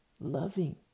loving